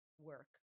work